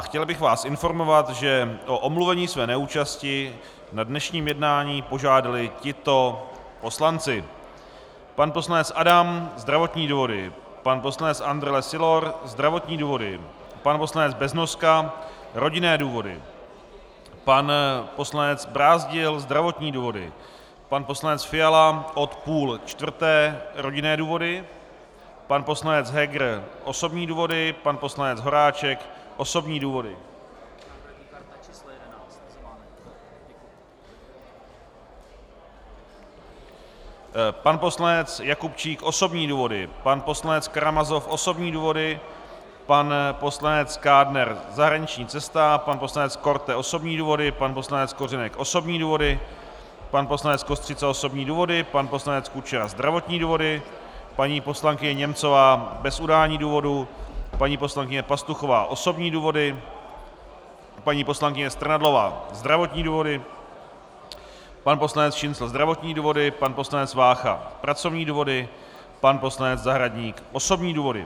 Chtěl bych vás informovat, že o omluvení své neúčasti na dnešním jednání požádali tito poslanci: pan poslanec Adam zdravotní důvody, pan poslanec Andrle Sylor Augustin Karel zdravotní důvody, pan poslanec Beznoska rodinné důvody, pan poslanec Brázdil zdravotní důvody, pan poslanec Fiala od 15.30 hodin rodinné důvody, pan poslanec Heger osobní důvody, pan poslanec Horáček osobní důvody, pan poslanec Jakubčík osobní důvody, pan poslanec Karamazov osobní důvody, pan poslanec Kádner zahraniční cesty, pan poslanec Korte osobní důvody, pan poslanec Kořenek osobní důvody, pan poslanec Kostřica osobní důvody, pan poslanec Kučera zdravotní důvody, paní poslankyně Němcová bez udání důvodu, paní poslankyně Pastuchová osobní důvody, paní poslankyně Strnadlová zdravotní důvody, pan poslanec Šincl zdravotní důvody, pan poslanec Vácha pracovní důvody, pan poslanec Zahradník osobní důvody.